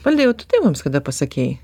valdai o tu tėvams kada pasakei